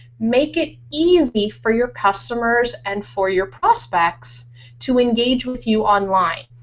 make it easy for your customers and for your prospects to engage with you online.